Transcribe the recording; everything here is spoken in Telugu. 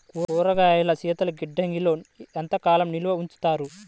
కూరగాయలను శీతలగిడ్డంగిలో ఎంత కాలం నిల్వ ఉంచుతారు?